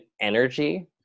energy